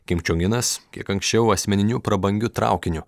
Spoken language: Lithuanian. kim čion inas kiek anksčiau asmeniniu prabangiu traukiniu